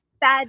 bad